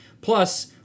plus